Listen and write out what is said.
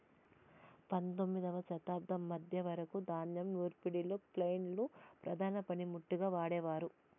పందొమ్మిదవ శతాబ్దం మధ్య వరకు ధాన్యం నూర్పిడిలో ఫ్లైల్ ను ప్రధాన పనిముట్టుగా వాడేవారు